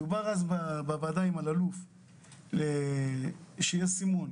דובר אז בוועדה בראשות אלאלוף שיהיה סימון,